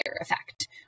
effect